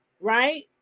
Right